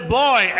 boy